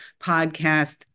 podcast